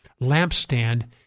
lampstand